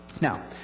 Now